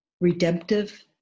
redemptive